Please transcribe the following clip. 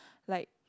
like